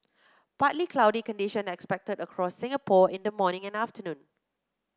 partly cloudy condition expected across Singapore in the morning and afternoon